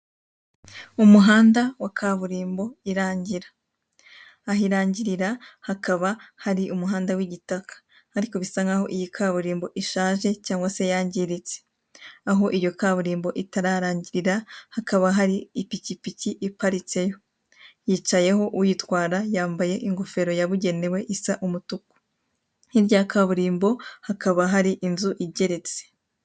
Umuhanda wa kaburimbo irangira. Aho irangirira hakaba hari umuhanda w'igitaka ariko bisa nkaho iyi kaburimbo ishaje cyangwa yangiritse. Aho iyo kaburimbo itararangirira, hakaba hari ipikipiki iparitseyo. Yicayeho uyitwara yambaye ingofero yabugenewe isa umutuku. Hirya ya kaburimbo hakaba hari inzu igeretse.